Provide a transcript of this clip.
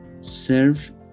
Serve